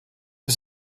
wir